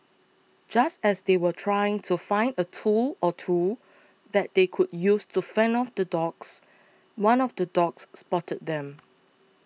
just as they were trying to find a tool or two that they could use to fend off the dogs one of the dogs spotted them